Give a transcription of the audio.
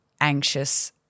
anxious